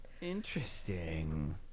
Interesting